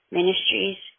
Ministries